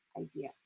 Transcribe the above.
idea